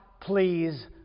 please